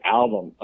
album